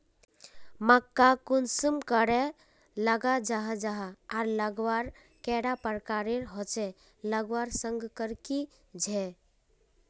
मक्का कुंसम करे लगा जाहा जाहा आर लगवार कैडा प्रकारेर होचे लगवार संगकर की झे?